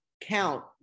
count